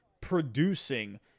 producing